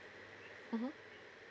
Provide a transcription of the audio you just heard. mmhmm